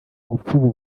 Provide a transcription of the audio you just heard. gupfuba